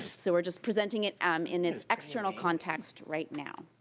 so we're just presenting it um in it's external context right now.